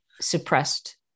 suppressed